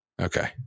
Okay